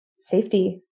safety